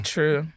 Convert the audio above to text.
True